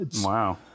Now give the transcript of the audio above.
Wow